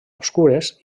obscures